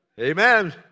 Amen